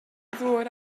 ddŵr